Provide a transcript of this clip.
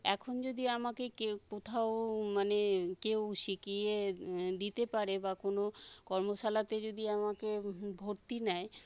এখন যদি আমাকে কেও কোথাও মানে কেউ শিখিয়ে দিতে পারে বা কোন কর্মশালাতে যদি আমাকে ভর্তি নেয়